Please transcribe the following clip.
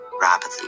rapidly